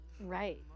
right